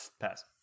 Pass